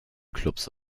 clubs